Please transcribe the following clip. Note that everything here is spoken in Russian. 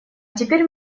теперь